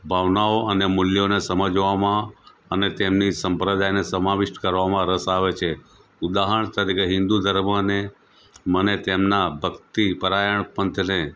ભાવનાઓ અને મૂલ્યોને સમજવામાં અને તેમની સંપ્રદાયને સમાવિષ્ટ કરવામાં રસ આવે છે ઉદાહરણ તરીકે હિંદુ ધર્મને મને તેમના ભક્તિ પરાયણ પંથને